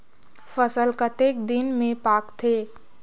फसल कतेक दिन मे पाकथे?